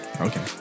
Okay